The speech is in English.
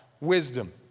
wisdom